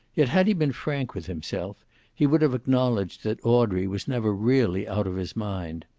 yet had he been frank with himself he would have acknowledged that audrey was never really out of his mind.